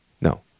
No